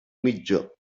mitjó